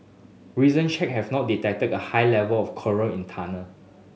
recent check have not detected a high level of chloride in tunnel